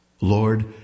Lord